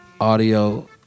audio